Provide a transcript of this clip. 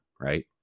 right